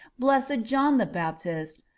blessed john the baptist,